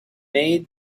made